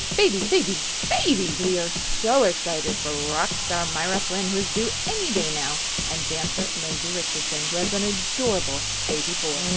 babies, babies, babies! we are so excited for rock star myra flynn who is due any day now and dancer lindsay richardson who has an adorable baby boy.